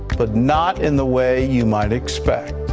but not in the way you might expect.